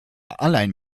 allein